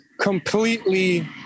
completely